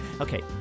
Okay